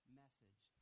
message